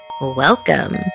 welcome